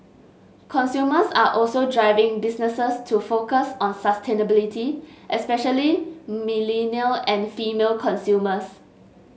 consumers are also driving businesses to focus on sustainability especially millennial and female consumers